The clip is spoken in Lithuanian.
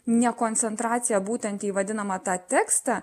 ne koncentracija būtent ji vadinamą tą tekstą